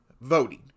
voting